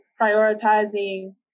prioritizing